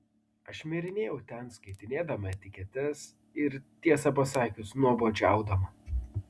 aš šmirinėjau ten skaitinėdama etiketes ir tiesą pasakius nuobodžiaudama